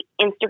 Instagram